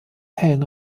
hellen